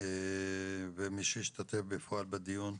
ומי שהשתתף בפועל בדיון,